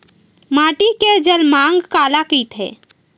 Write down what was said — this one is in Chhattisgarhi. माटी के जलमांग काला कइथे?